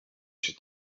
się